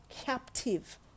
captive